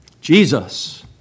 Jesus